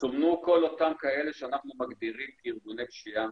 סומנו כל אותם כאלה שאנחנו מגדירים כארגוני פשיעה,